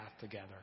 together